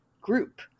group